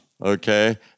okay